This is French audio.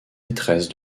maîtresse